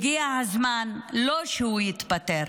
הגיע הזמן לא שהוא יתפטר,